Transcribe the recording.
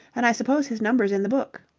and i suppose his number's in the book.